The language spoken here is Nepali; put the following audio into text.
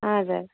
हजुर